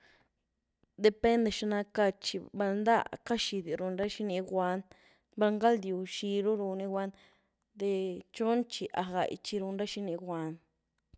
Depende xina cad tchi, val ndaá catxii di run ra xini guand, val ngaldyu, zirú runny guand, de xhon xhi a gai xhi run ra xini guand.